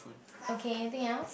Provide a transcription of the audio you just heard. okay anything else